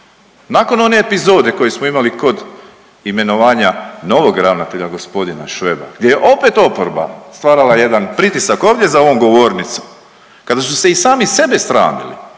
nakon one epizode koju smo imali kod imenovanja novog ravnatelja g. Šveba gdje je opet oporba stvarala jedan pritisak ovdje za ovom govornicom kada su se i sami sebe sramili